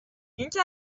اینکه